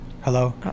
Hello